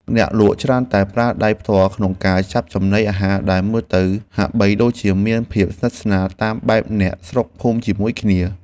អ្នកលក់ច្រើនតែប្រើដៃផ្ទាល់ក្នុងការចាប់ចំណីអាហារដែលមើលទៅហាក់បីដូចជាមានភាពស្និទ្ធស្នាលតាមបែបអ្នកស្រុកភូមិជាមួយគ្នា។